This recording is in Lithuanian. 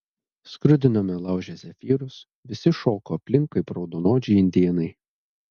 skrudinome lauže zefyrus visi šoko aplink kaip raudonodžiai indėnai